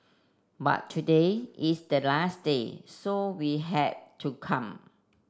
but today is the last day so we had to come